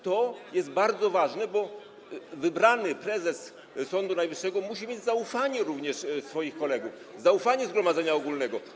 To jest bardzo ważne, bo wybrany prezes Sądu Najwyższego musi mieć zaufanie również swoich kolegów, zaufanie zgromadzenia ogólnego.